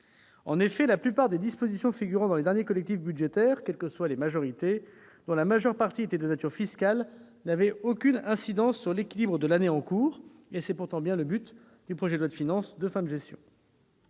majorités, la plupart des dispositions figurant dans les derniers collectifs budgétaires, dont la majeure partie était de nature fiscale, n'avaient aucune incidence sur l'équilibre de l'année en cours. C'est pourtant bien le but du projet de loi de finances de fin de gestion